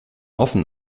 offen